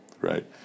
right